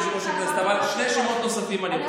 אבל שני שמות נוספים אני רוצה להגיד.